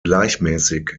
gleichmäßig